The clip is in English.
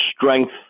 strength